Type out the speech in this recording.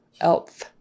elf